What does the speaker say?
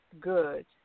good